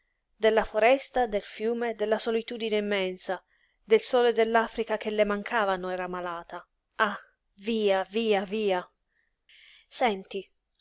della foresta del fiume della solitudine immensa del sole dell'africa che le mancavano era malata ah via via via senti